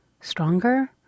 stronger